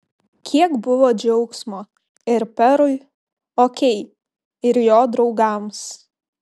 kiek buvo džiaugsmo ir perui okei ir jo draugams